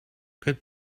good